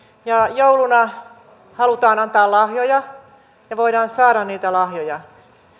jouluna halutaan antaa lahjoja ja voidaan saada lahjoja